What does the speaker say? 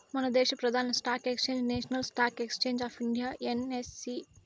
మనదేశ ప్రదాన stock exchange national stock exchange of India NSE